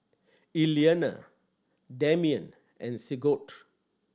Iliana Demian and Sigurd